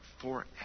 forever